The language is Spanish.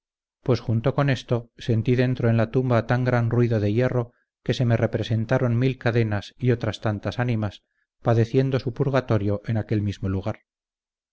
pues junto con esto sentí dentro en la tumba tan gran ruido de hierro que se me representaron mil cadenas y otras tantas ánimas padeciendo su purgatorio en aquel mismo lugar